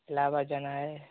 इलाहाबाद जाना है